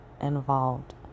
involved